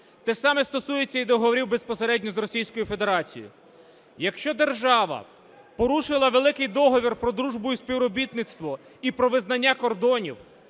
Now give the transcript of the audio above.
Те ж саме стосується і договорів безпосередньо з Російською Федерацією. Якщо держава порушила великий договорі про дружбу і співробітництво і про визнання кордонів,